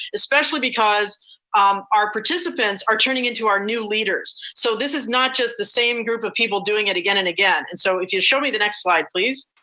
especially because our participants are turning into our new leaders. so this is not just the same group of people doing it again and again. and so if you show me the next slide, please.